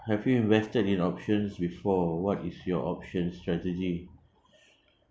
have you invested in options before what is your options strategy